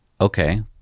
Okay